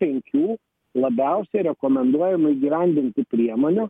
penkių labiausiai rekomenduojamų įgyvendintų priemonių